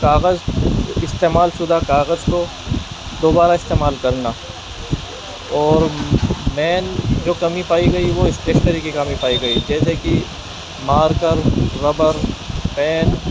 کاغذ استعمال شدہ کاغذ کو دوبارہ استعمال کرنا اور مین جو کمی پائی گئی وہ اسٹیشنری کی کمی پائی گئی جیسے کہ مارکر ربر پین